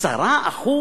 10%